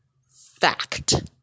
fact